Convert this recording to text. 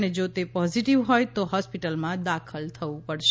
અને જો તે પોઝિટિવ હોય તો હોસ્પિટલમાં દાખલ થવું પડશે